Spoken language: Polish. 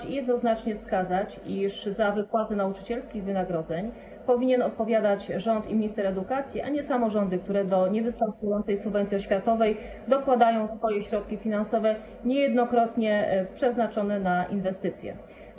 Trzeba jednoznacznie wskazać, iż za wypłaty nauczycielskich wynagrodzeń powinien odpowiadać rząd i minister edukacji, a nie samorządy, które nie występują w tej subwencji oświatowej, dokładają swoje środki finansowe, które niejednokrotnie są przeznaczone na inwestycje.